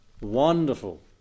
wonderful